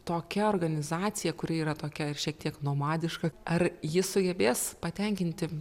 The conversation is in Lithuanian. tokia organizacija kuri yra tokia ir šiek tiek nomadiška ar ji sugebės patenkinti